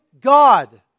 God